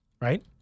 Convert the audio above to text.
right